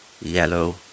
yellow